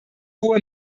hohe